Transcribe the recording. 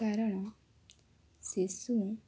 କାରଣ ଶିଶୁ